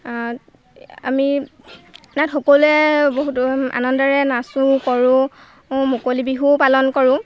আমি ইয়াত সকলোৱে বহুতো আনন্দৰে নাচোঁ কৰোঁ মুকলি বিহুও পালন কৰোঁ